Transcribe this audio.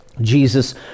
Jesus